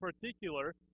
particular